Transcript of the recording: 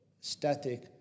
static